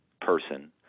person